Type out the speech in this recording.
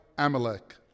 Amalek